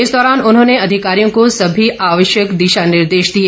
इस दौरान उन्होंने अधिकारियों को सभी आवश्यक दिशा निर्देश दिए